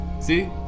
see